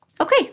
Okay